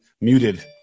muted